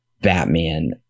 Batman